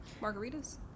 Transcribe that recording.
margaritas